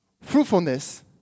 Fruitfulness